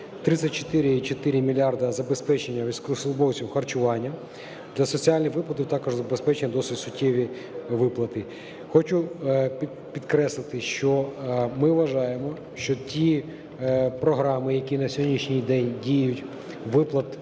34,4 мільярда – забезпечення військовослужбовців харчуванням. Для соціальних виплат також забезпечені досить суттєві виплати. Хочу підкреслити, що ми вважаємо, що ті програми, які на сьогоднішній день діють виплат